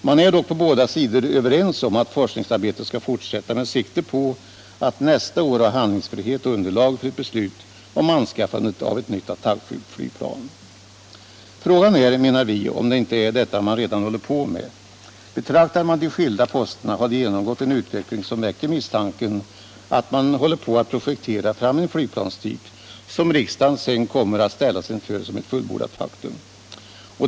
Man är dock på båda sidor överens om att forskningsarbetet skall fortsätta med sikte på nästa år för att man skall ha handlingsfrihet och underlag för ett beslut om anskaffande av ett nytt attackflygplan. Frågan är, menar vi, om det inte är detta man redan håller på med. Betraktar man de skilda posterna ser man att de har genomgått en utveckling som väcker misstanken att vederbörande håller på att projektera fram en flygplanstyp, som sedan för riksdagen kommer att bli ett fullbordat faktum.